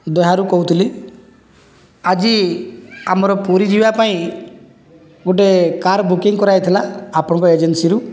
ଦହ୍ୟାରୁ କହୁଥିଲି ଆଜି ଆମର ପୁରୀ ଯିବା ପାଇଁ ଗୋଟିଏ କାର୍ ବୁକିଂ କରାହୋଇଥିଲା ଆପଣଙ୍କ ଏଜେନ୍ସିରୁ